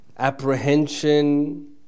Apprehension